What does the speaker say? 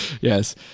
Yes